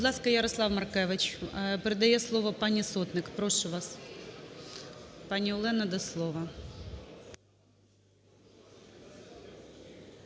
від фракцій. Ярослав Маркевич, передає слово пані Сотник. Прошу вас, пані Олена, до слова.